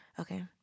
Okay